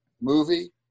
movie